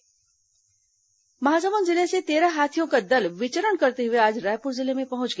हाथी आतंक महासमुंद जिले से तेरह हाथियों का दल विचरण करते हुए आज रायपुर जिले में पहुंच गया